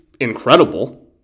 incredible